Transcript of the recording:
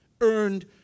earned